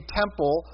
temple